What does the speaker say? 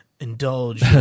indulge